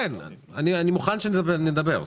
אני מוכן שנדבר.